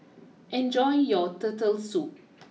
enjoy your Turtle Soup